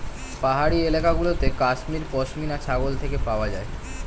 পাহাড়ি এলাকা গুলোতে কাশ্মীর পশমিনা ছাগল থেকে পাওয়া যায়